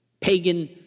pagan